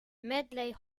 medley